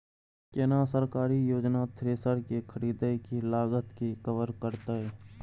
केना सरकारी योजना थ्रेसर के खरीदय के लागत के कवर करतय?